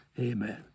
amen